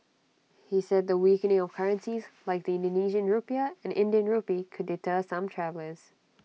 he said the weakening of currencies like the Indonesian Rupiah and Indian Rupee could deter some travellers